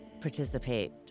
participate